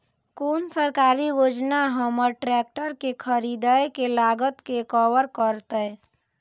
कोन सरकारी योजना हमर ट्रेकटर के खरीदय के लागत के कवर करतय?